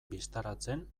bistaratzen